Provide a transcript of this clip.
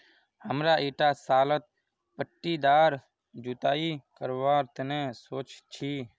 हमरा ईटा सालत पट्टीदार जुताई करवार तने सोच छी